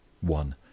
One